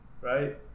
right